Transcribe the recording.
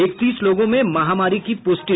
इकतीस लोगों में महामारी की पुष्टि